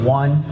one